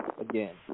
again